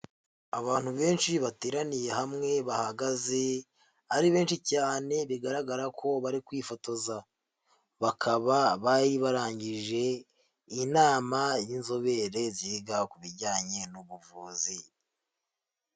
Abantu benshi bateraniye hamwe bahagaze ari benshi cyane bigaragara ko bari kwifotoza, bakaba bari barangije inama y'inzobere ziga ku bijyanye n'ubuvuzi.